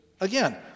again